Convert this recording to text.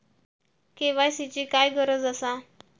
KYC ची काय गरज आसा?